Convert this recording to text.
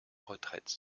retraite